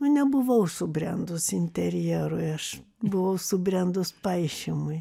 nu nebuvau subrendus interjerui aš buvau subrendus paišymui